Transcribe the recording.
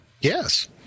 Yes